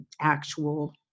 actual